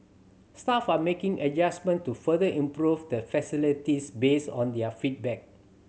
staff are making adjustment to further improve the facilities based on their feedback